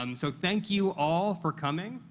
um so thank you all for coming,